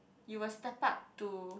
you will step up to